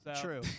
True